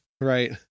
Right